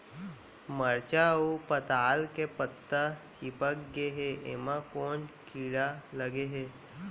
मरचा अऊ पताल के पत्ता चिपक गे हे, एमा कोन कीड़ा लगे है?